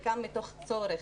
זה קם מתוך צורך,